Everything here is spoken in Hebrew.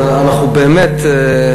אנחנו צריכים עוד לבדוק את